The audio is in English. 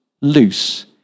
loose